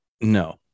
No